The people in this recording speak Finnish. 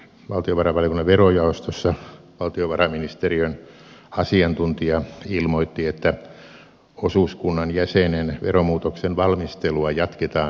valtiovarainvaliokunnan verojaostossa valtiovarainministeriön asiantuntija ilmoitti että osuuskunnan jäsenen veromuutoksen valmistelua jatketaan välittömästi